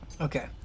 Okay